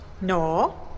No